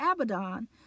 Abaddon